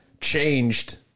changed